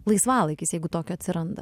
laisvalaikis jeigu tokio atsiranda